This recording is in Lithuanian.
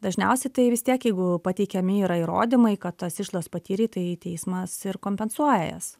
dažniausiai tai vis tiek jeigu pateikiami yra įrodymai kad tas išlaidas patyrei tai teismas ir kompensuoja jas